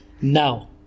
now